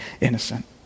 innocent